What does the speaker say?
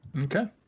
Okay